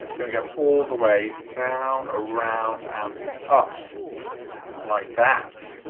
it's going to go all the way down around and up like that